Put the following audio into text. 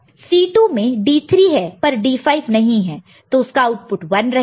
C2 में D3 है पर D5 नहीं है तो उसका आउटपुट 1 रहेगा